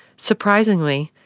surprisingly,